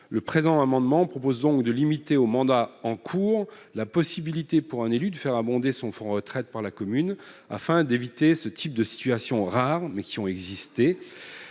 Le présent amendement tend donc à limiter au mandat en cours la possibilité pour un élu de faire abonder son fonds retraite par la commune, afin d'éviter ce type de situations rares, mais qui ont existé,